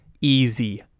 easy